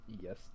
Yes